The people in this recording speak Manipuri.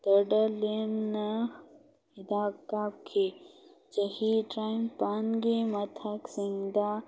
ꯁꯦꯟꯇꯔꯗ ꯂꯦꯝꯅ ꯍꯤꯗꯥꯛ ꯀꯥꯞꯈꯤ ꯆꯍꯤ ꯇꯔꯥꯅꯤꯄꯥꯜꯒꯤ ꯃꯊꯛꯁꯤꯡꯗ